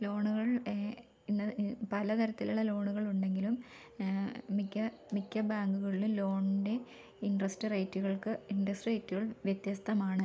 ലോണുകൾ ഏഹ് ഇന്ന് പല തരത്തിലുള്ള ലോണുകൾ ഉണ്ടെങ്കിലും മിക്ക മിക്ക ബാങ്കുകളിലും ലോണിൻ്റെ ഇൻട്രസ്റ്റ് റേറ്റ്കൾക്ക് ഇൻട്രസ്റ്റ് റേറ്റുകൾ വ്യത്യസ്തമാണ്